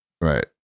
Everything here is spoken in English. right